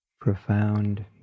profound